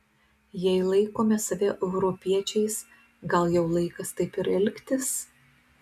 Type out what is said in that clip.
jei laikome save europiečiais gal jau laikas taip ir elgtis